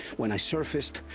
when i surfaced.